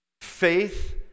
Faith